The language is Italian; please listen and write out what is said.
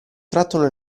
tratto